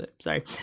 Sorry